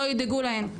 לא ידאגו להן.